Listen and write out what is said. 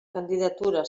candidatura